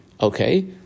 okay